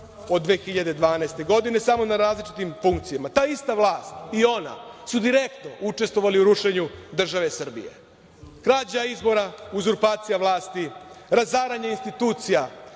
od 2012. godine, samo na različitim funkcijama. Ta ista vlast i ona su direktno učestvovali u rušenju države Srbije. Krađa izbora, uzurpacija vlasti, razaranje institucija,